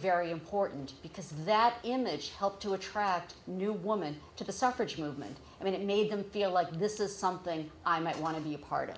very important because that image helped to attract new woman to the suffrage movement and it made them feel like this is something i might want to be a part of